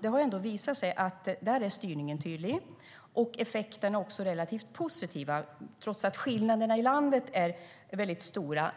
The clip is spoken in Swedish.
Där har det visat sig att styrningen är tydlig och effekterna relativt positiva, trots att skillnaderna i landet är stora.